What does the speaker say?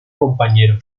compañero